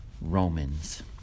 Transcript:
Romans